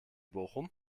bochum